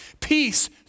Peace